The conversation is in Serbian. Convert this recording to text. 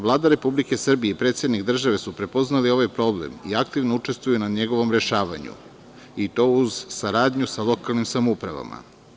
Vlada Republike Srbije i predsednik države su prepoznali ova problem i aktivno učestvuju na njegovom rešavanju i to uz saradnju sa lokalnim samoupravama.